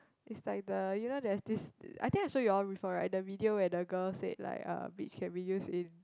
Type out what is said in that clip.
it's like the you know that this I think that you all refer right the video at the girl said like uh bitch can be used in